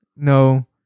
No